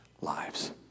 lives